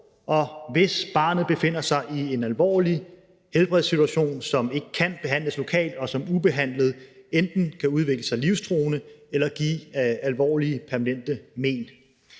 og hvis barnet befinder sig i en alvorlig helbredssituation, som ikke kan behandles lokalt, og som ubehandlet enten kan udvikle sig livstruende eller give alvorlige permanente men.